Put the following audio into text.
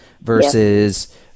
versus